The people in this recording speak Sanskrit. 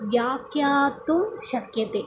व्याख्यातुं शक्यते